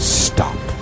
stop